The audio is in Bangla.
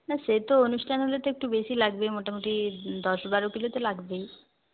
না সে তো অনুষ্ঠান হলে তো একটু বেশী লাগবেই মোটামুটি দশ বারো কিলো তো লাগবেই